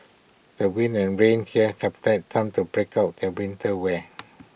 the winds and rain here have led some to break out their winter wear